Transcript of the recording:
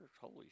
Holy